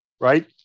right